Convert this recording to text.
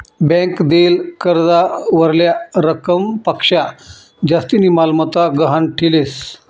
bank देयेल कर्जावरल्या रकमपक्शा जास्तीनी मालमत्ता गहाण ठीलेस